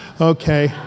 Okay